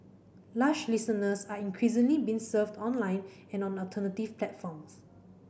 lush listeners are increasingly being served online and on alternative platforms